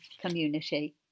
community